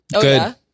Good